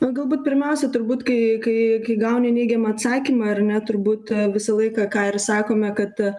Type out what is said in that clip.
na galbūt pirmiausia turbūt kai kai kai gauni neigiamą atsakymą ar ne turbūt visą laiką ką ir sakome kad